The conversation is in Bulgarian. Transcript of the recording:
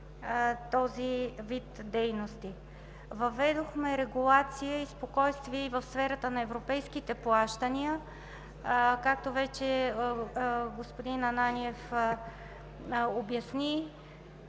този вид дейности. Въведохме регулация и спокойствие и в сферата на европейските плащания. Както вече господин Ананиев обясни,